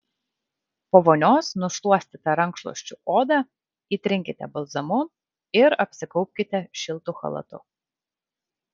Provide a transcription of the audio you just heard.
po vonios nušluostytą rankšluosčiu odą įtrinkite balzamu ir apsigaubkite šiltu chalatu